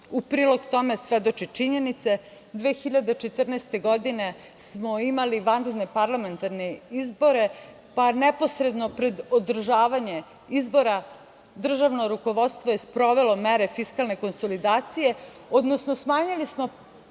u prilog tome svedoče činjenice. Godine 2014. smo imali vanredne parlamentarne izbore, pa neposredno pred održavanje izbora državno rukovodstvo je sprovelo mere fiskalne konsolidacije, odnosno smanjili smo